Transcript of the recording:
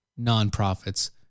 nonprofits